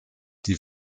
die